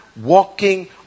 walking